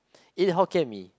eat Hokkien-Mee